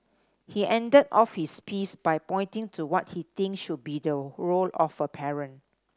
he ended off his piece by pointing to what he think should be the role of a parent